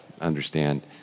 understand